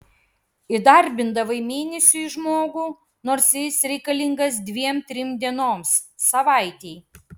įdarbindavai mėnesiui žmogų nors jis reikalingas dviem trim dienoms savaitei